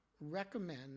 recommend